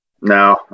No